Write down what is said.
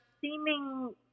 seeming